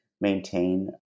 maintain